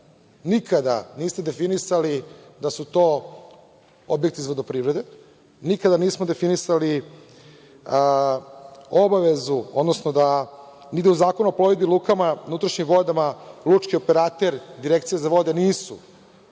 Srbije. Nikada niste definisali da su to objekti iz vodoprivrede, nikada nismo definisali obavezu, odnosno da ide u Zakon o plovidbi lukama na unutrašnjim vodama lučki operater. Direkcije za vode nisu